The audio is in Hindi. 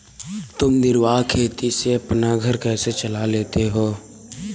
तुम निर्वाह खेती से अपना घर कैसे चला लेते हो?